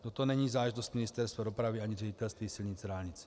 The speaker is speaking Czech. Toto není záležitost Ministerstva dopravy ani Ředitelství silnic a dálnic.